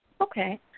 Okay